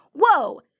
Whoa